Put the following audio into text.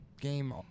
game